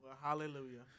hallelujah